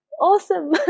awesome